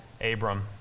Abram